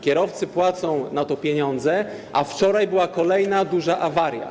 Kierowcy płacą na to pieniądze, a wczoraj była kolejna duża awaria.